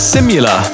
Simula